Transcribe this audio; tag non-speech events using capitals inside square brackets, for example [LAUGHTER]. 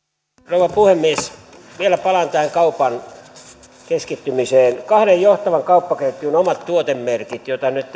rouva puhemies vielä palaan tähän kaupan keskittymiseen kahden johtavan kauppaketjun omat tuotemerkit joita nyt [UNINTELLIGIBLE]